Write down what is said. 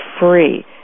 free